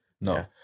No